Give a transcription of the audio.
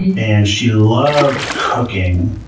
and and she loved cooking,